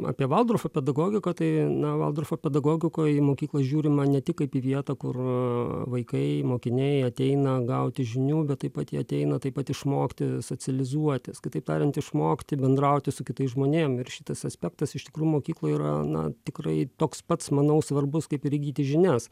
apie valdorfo pedagogiką tai na valdorfo pedagogikoj į mokyklą žiūrima ne tik kaip į vietą kur a vaikai mokiniai ateina gauti žinių bet taip pat jie ateina taip pat išmokti socializuotis kitaip tariant išmokti bendrauti su kitais žmonėm ir šitas aspektas iš tikrųjų mokykloj yra na tikrai toks pats manau svarbus kaip ir įgyti žinias